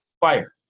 fire